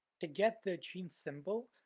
to get the gene symbol,